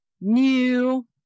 new